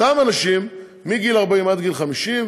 אותם אנשים מגיל 40 עד גיל 50,